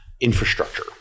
infrastructure